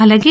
అలాగే